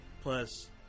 Plus